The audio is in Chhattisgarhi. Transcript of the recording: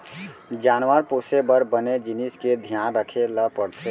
जानवर पोसे बर बने जिनिस के धियान रखे ल परथे